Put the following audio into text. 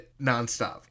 nonstop